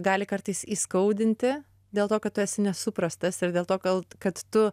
gali kartais įskaudinti dėl to kad tu esi nesuprastas ir dėl to kal kad tu